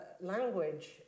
language